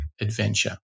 adventure